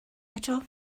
eto